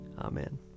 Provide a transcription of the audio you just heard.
Amen